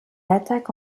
attaque